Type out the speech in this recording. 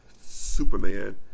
Superman